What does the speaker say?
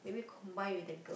maybe combine with the girl